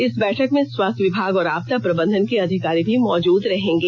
इस बैठक में स्वास्थ्य विभाग और आपदा प्रबंधन के अधिकारी भी मौजूद रहेंगे